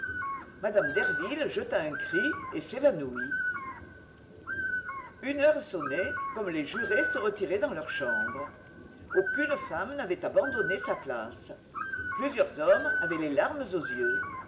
mme derville jeta un cri et s'évanouit une heure sonnait comme les jurés se retiraient dans leur chambre aucune femme n'avait abandonné sa place plusieurs hommes avaient les larmes aux yeux